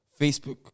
Facebook